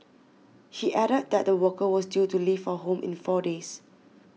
he added that the worker was due to leave for home in four days